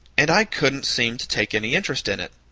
and i couldn't seem to take any interest in it.